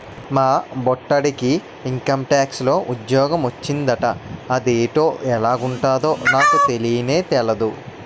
మా బొట్టిడికి ఇంకంటాక్స్ లో ఉజ్జోగ మొచ్చిందట అదేటో ఎలగుంటదో నాకు తెల్నే తెల్దు